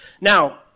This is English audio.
Now